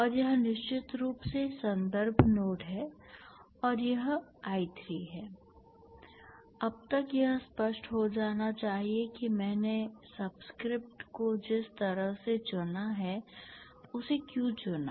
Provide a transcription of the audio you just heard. और यह निश्चित रूप से संदर्भ नोड है और यह I3 है अब तक यह स्पष्ट हो जाना चाहिए कि मैंने सबस्क्रिप्ट को जिस तरह से चुना है उसे क्यों चुना